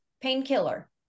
painkiller